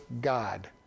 God